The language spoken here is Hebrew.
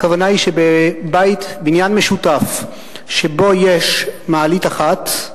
הכוונה היא שבבניין משותף שבו יש מעלית אחת,